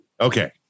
Okay